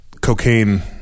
cocaine